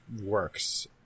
works